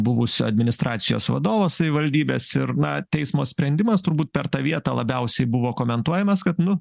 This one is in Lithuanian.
buvusio administracijos vadovo savivaldybės ir na teismo sprendimas turbūt per tą vietą labiausiai buvo komentuojamas kad nu